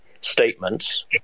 statements